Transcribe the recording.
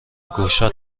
گشاد